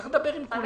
צריך לדבר עם כולם.